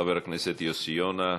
חבר הכנסת יוסי יונה.